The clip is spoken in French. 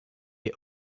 est